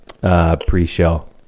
pre-show